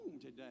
today